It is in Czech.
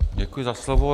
Děkuji za slovo.